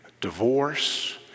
divorce